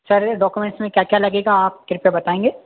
sir documents में क्या क्या लगेगा आप कृपया बताएँगे